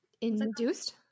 Induced